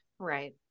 Right